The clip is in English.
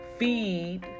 feed